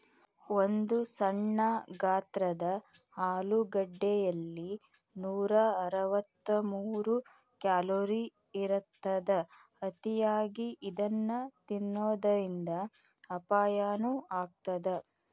ಒಂದು ಸಣ್ಣ ಗಾತ್ರದ ಆಲೂಗಡ್ಡೆಯಲ್ಲಿ ನೂರಅರವತ್ತಮೂರು ಕ್ಯಾಲೋರಿ ಇರತ್ತದ, ಅತಿಯಾಗಿ ಇದನ್ನ ತಿನ್ನೋದರಿಂದ ಅಪಾಯನು ಆಗತ್ತದ